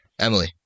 Emily